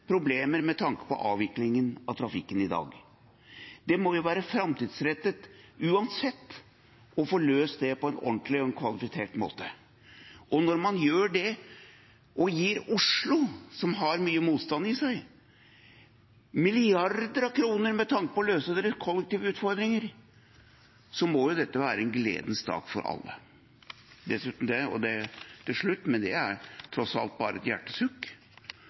avviklingen av trafikken i dag, og det må jo uansett være framtidsrettet å få løst det på en ordentlig og kvalifisert måte. Når man gjør det, og gir Oslo, som har mye motstand i seg, milliarder av kroner for å løse deres kollektive utfordringer, må jo dette være en gledens dag for alle.